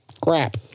crap